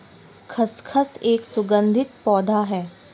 खसखस एक सुगंधित पौधा है